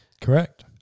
Correct